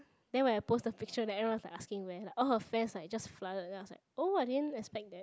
then when I post the picture then everyone is like asking where lah all her fans like just flooded then I was like oh I didn't expect that